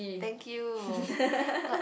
thank you top